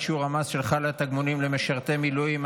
שיעור המס שחל על תגמולים למשרתי מילואים),